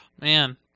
man